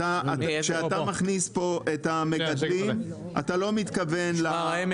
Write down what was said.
כשאתה מכניס פה את המגדלים אתה לא מתכוון ל --- החברות